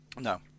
No